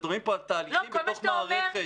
מדברים פה על תהליכים בתוך מערכת.